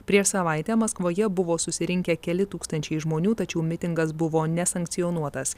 prieš savaitę maskvoje buvo susirinkę keli tūkstančiai žmonių tačiau mitingas buvo nesankcionuotas